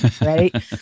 right